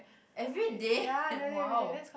everyday !wow!